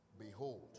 Behold